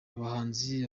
abahanzi